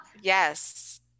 Yes